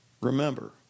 Remember